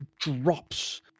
drops